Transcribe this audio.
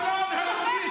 לחסל את, תתבייש.